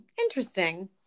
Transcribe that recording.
interesting